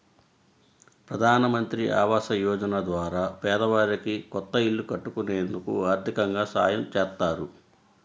ప్రధానమంత్రి ఆవాస యోజన ద్వారా పేదవారికి కొత్త ఇల్లు కట్టుకునేందుకు ఆర్దికంగా సాయం చేత్తారు